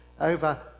over